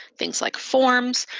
things like forms,